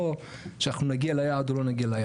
למצוא פתרונות טכנולוגיים ורגולטוריים